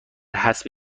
حسب